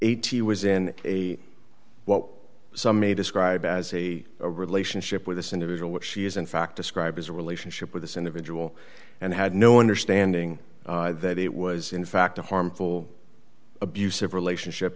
eighty was in a what some may describe as a relationship with this individual which she is in fact described as a relationship with this individual and had no wonder standing that it was in fact a harmful abusive relationship